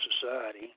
society